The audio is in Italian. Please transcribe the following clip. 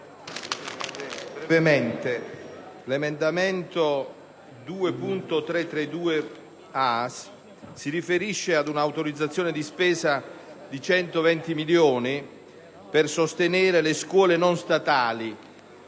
l'emendamento 2.332a si riferisce ad un'autorizzazione di spesa di 120 milioni di euro per sostenere le scuole non statali